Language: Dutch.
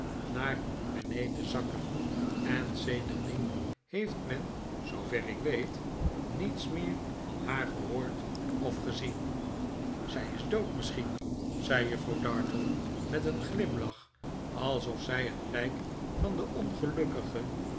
naar beneden zakken en sedertdien heeft men zoover ik weet niets meer van haar gehoord of gezien zij is dood misschien zei juffrouw dartle met een glimlach alsof zij het lijk van de ongelukkige